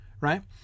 right